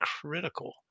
critical